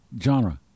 Genre